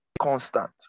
constant